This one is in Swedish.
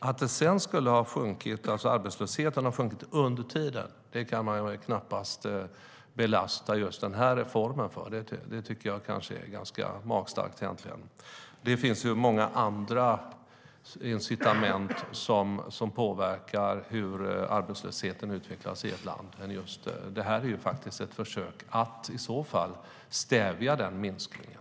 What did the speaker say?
Att arbetslösheten har stigit under tiden kan man knappast belasta just den här reformen för. Det tycker jag är ganska magstarkt. Det finns många andra incitament som påverkar hur arbetslösheten utvecklas i ett land. Det här är i så fall ett försök att stävja minskningen.